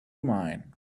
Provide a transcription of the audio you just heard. mine